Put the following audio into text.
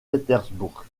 pétersbourg